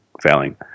failing